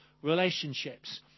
relationships